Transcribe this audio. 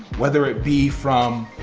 whether it be from